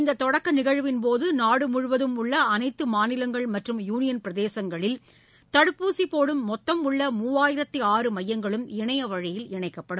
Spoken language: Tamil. இந்ததொடக்கநிகழ்வின்போதுநாடுமுழுவதும் உள்ளஅனைத்துமாநிலங்கள் மற்றும் யூனியன் பிரதேசங்களில் தடுப்பூசிபோடும் மொத்தம் உள்ள மூவாயிரத்து ஆறு மையங்களும் இணையவழியில் இணைக்கப்படும்